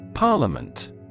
Parliament